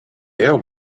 ėjo